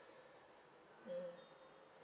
mm